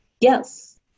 Yes